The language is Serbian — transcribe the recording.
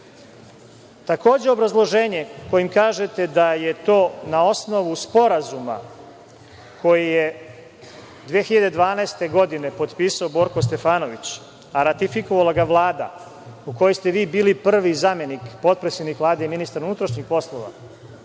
obrazloženje kojim kažete da je to na osnovu sporazuma koji je 2012. godine potpisao Borko Stefanović, a ratifikovala ga Vlada u kojoj ste vi bili prvi zamenik, potpredsednik Vlade i ministar unutrašnjih poslova,